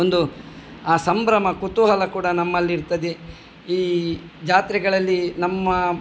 ಒಂದು ಆ ಸಂಭ್ರಮ ಕುತೂಹಲ ಕೂಡ ನಮ್ಮಲ್ಲಿರ್ತ್ತದೆ ಈ ಜಾತ್ರೆಗಳಲ್ಲಿ ನಮ್ಮ